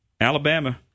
Alabama